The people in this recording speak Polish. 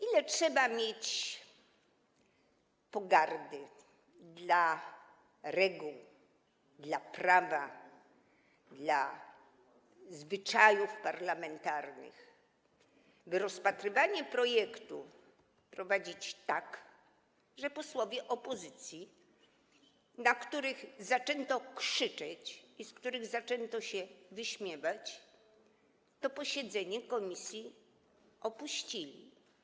Ile trzeba mieć pogardy dla reguł, dla prawa, dla zwyczajów parlamentarnych, by rozpatrywanie projektu prowadzić tak, że posłowie opozycji, na których zaczęto krzyczeć i z których zaczęto się wyśmiewać, to posiedzenie komisji opuścili?